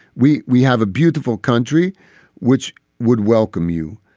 we we have a beautiful country which would welcome you.